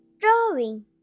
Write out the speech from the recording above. drawing